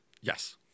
Yes